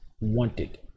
wanted